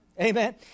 Amen